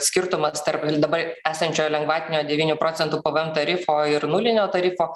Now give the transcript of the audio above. skirtumas tarp dabar esančio lengvatinio devynių procentų pvm tarifo ir nulinio tarifo